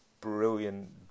brilliant